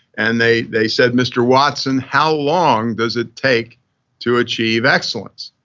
and they they said, mr. watson, how long does it take to achieve excellence?